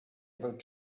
about